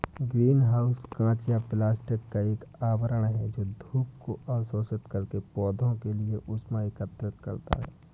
green house कांच या plastic का एक आवरण है जो धूप को अवशोषित करके पौधों के लिए ऊष्मा एकत्रित करता है